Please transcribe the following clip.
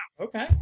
Okay